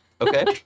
Okay